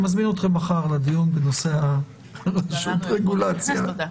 אני מזמין אתכם לדיון שיתקיים מחר.